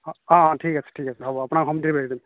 অঁ অঁ ঠিক আছে ঠিক আছে হ'ব আপোনাক হোম ডেলিভাৰী দিম